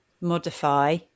modify